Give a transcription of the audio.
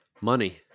money